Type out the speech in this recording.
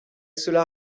cela